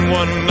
one